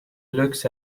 looks